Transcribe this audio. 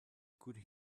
could